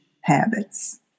habits